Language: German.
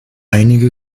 einige